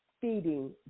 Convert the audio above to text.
feeding